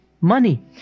money